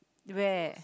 where